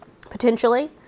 potentially